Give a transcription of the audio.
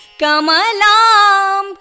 Kamalam